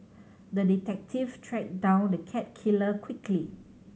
the detective tracked down the cat killer quickly